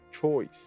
choice